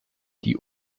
die